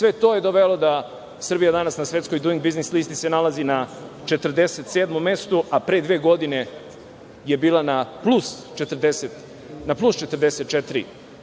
Sve to je dovelo da Srbija danas na svetskoj „duing biznis“ listi se nalazi na 47. mestu, a pre dve godine je bila na plus 44